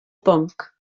bwnc